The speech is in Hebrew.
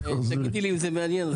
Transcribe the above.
דיונים.